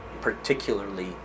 particularly